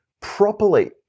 properly